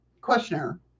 Questioner